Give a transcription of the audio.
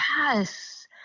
yes